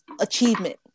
achievement